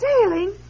Sailing